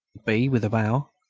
b, with a bow,